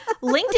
LinkedIn